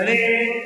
אז אני,